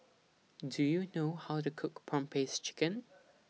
Do YOU know How to Cook Prawn Paste Chicken